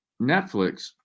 Netflix